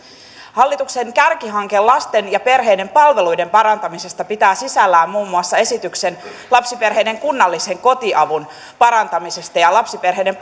hallituksen kärkihanke lasten ja perheiden palveluiden parantamisesta pitää sisällään muun muassa esityksen lapsiperheiden kunnallisen kotiavun parantamisesta ja lapsiperheiden